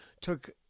took